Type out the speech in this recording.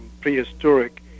prehistoric